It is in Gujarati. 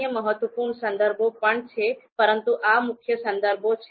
અન્ય મહત્વપૂર્ણ સંદર્ભો પણ છે પરંતુ આ મુખ્ય સંદર્ભો છે